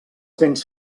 vents